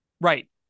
Right